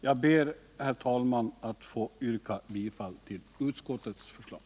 Jag ber, herr talman, att få yrka bifall till utskottets förslag!